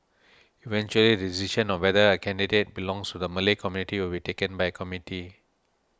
eventually the decision on whether a candidate belongs to the Malay community will be taken by a committee